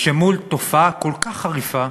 שמול תופעה כל כך חריפה,